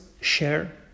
share